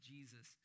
Jesus